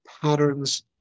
patterns